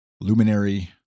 luminary